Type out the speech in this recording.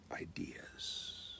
ideas